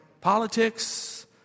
politics